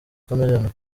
chameleone